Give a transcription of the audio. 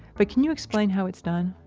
but can you explain how it's done?